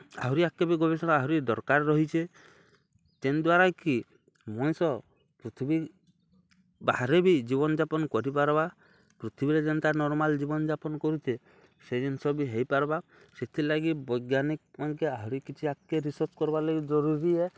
ଆହୁରି ଆଗ୍କେ ବି ଗବେଷଣା ଆହୁରି ଦର୍କାର୍ ରହିଚେ ଯେନ୍ ଦ୍ୱାରା କି ମଣିଷ ପୃଥିବୀ ବାହାରେ ବି ଜୀବନ୍ଯାପନ୍ କରିପାର୍ବା ପୃଥିବୀରେ ଯେନ୍ତା ନର୍ମାଲ୍ ଜୀବନ୍ଯାପନ୍ କରୁଚେ ସେ ଜିନିଷ ବି ହେଇପାର୍ବା ସେଥିର୍ଲାଗି ବୈଜ୍ଞାନିକ୍ ମାନ୍କେ ଆହୁରି କିଛି ଆଗ୍କେ କିଛି ରିସର୍ଚ୍ଚ୍ କର୍ବାର୍ ଲାଗି ଜରୁରୀ ଏ